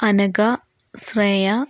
Anagha Shreya